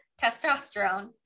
testosterone